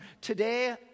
Today